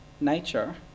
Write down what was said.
nature